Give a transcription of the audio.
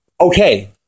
okay